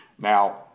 Now